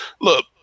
look